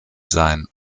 sein